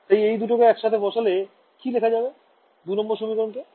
তাই এই দুটোকে একসাথে বসালে কি লেখা যাবে ২ নং সমীকরণ কে